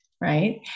right